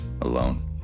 alone